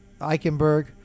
Eichenberg